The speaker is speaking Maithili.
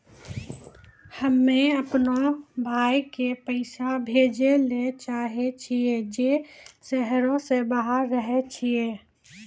हम्मे अपनो भाय के पैसा भेजै ले चाहै छियै जे शहरो से बाहर रहै छै